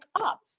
up